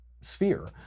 sphere